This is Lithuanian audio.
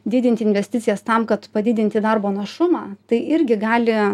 didinti investicijas tam kad padidinti darbo našumą tai irgi gali